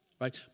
right